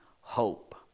Hope